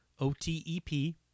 O-T-E-P